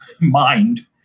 mind